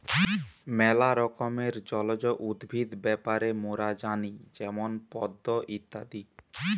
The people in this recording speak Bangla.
ম্যালা রকমের জলজ উদ্ভিদ ব্যাপারে মোরা জানি যেমন পদ্ম ইত্যাদি